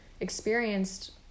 experienced